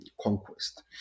conquest